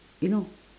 you know